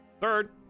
Third